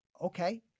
Okay